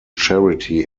charity